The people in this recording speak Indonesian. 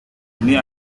ini